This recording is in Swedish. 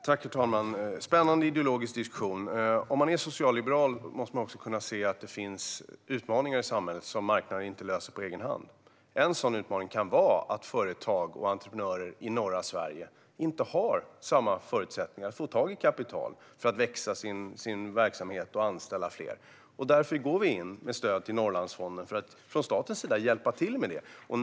Herr talman! Detta är en spännande ideologisk diskussion. Om man är socialliberal måste man också kunna se att det finns utmaningar i samhället som marknaden inte löser på egen hand. En sådan utmaning kan vara att företag och entreprenörer i norra Sverige inte har samma förutsättningar att få tag på kapital för att verksamheten ska växa och för att kunna anställa fler. Vi går in med stöd till Norrlandsfonden för att från statens sida hjälpa till med det här.